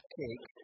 cake